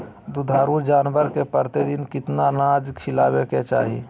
दुधारू जानवर के प्रतिदिन कितना अनाज खिलावे के चाही?